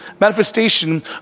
manifestation